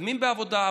מתקדמים בעבודה,